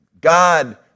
God